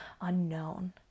unknown